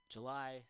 July